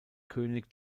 könig